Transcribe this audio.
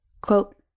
Quote